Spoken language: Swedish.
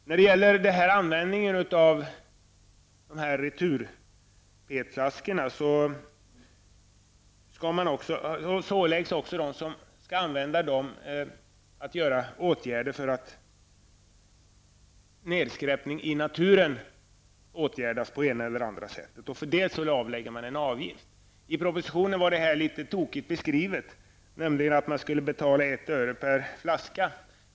När det gäller användningen av retur-PET flaskorna åläggs användarna att vidta åtgärder så att nedskräpning i naturen förhindras på det ena eller andra sättet, och för detta erlägger man en avgift. I propositionen var detta litet tokigt beskrivet. Där stod nämligen att man skulle betala 1 öre per flaska.